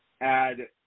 add